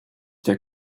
der